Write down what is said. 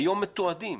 היום מתועדים.